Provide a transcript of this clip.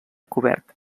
cobert